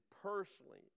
personally